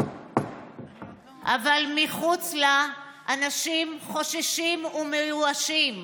אבל מחוץ לה אנשים חוששים ומיואשים.